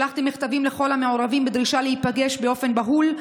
שלחתי מכתבים לכל המעורבים בדרישה להיפגש באופן בהול,